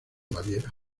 baviera